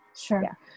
Sure